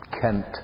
Kent